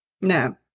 No